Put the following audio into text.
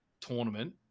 tournament